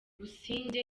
busingye